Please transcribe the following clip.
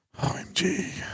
OMG